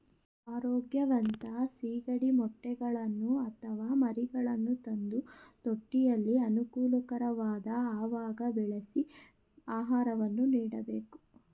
ಆರೋಗ್ಯವಂತ ಸಿಗಡಿ ಮೊಟ್ಟೆಗಳನ್ನು ಅಥವಾ ಮರಿಗಳನ್ನು ತಂದು ತೊಟ್ಟಿಯಲ್ಲಿ ಅನುಕೂಲಕರವಾದ ಅವಾಗ ಬೆಳೆಸಿ ಆಹಾರವನ್ನು ನೀಡಬೇಕು